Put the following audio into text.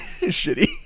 shitty